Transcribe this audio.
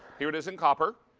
here it is in copper.